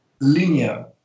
linear